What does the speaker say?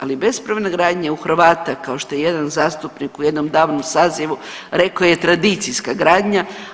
Ali bespravna gradnja u Hrvata kao što je jedan zastupnik u jednom davnom sazivu rekao je tradicijska gradnja.